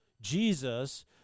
Jesus